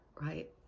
right